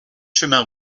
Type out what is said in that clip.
chemin